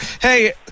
Hey